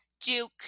Duke